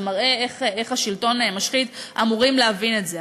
זה מראה איך השלטון משחית אמורים להבין את זה.